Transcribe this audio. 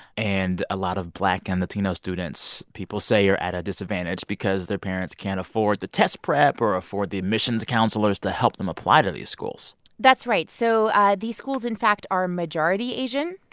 and a lot of black and latino students, people say, are at a disadvantage because their parents can't afford the test prep or afford the admissions counselors to help them apply to these schools that's right. so ah these schools, in fact, are majority-asian.